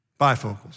bifocals